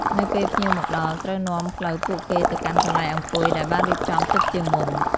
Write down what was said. នៅពេលភ្ញៀវមកដល់ ត្រូវនាំផ្លូវពួកគេទៅកាន់កន្លែងអង្គុយដែលបានរៀបចំទុកជាមុន។